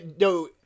no